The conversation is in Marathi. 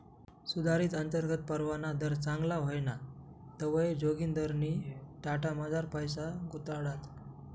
सुधारित अंतर्गत परतावाना दर चांगला व्हयना तवंय जोगिंदरनी टाटामझार पैसा गुताडात